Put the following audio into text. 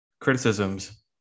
criticisms